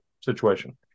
situation